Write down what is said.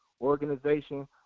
organization